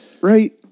right